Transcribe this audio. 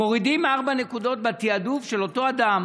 מורידים ארבע נקודות בתיעדוף של אותו אדם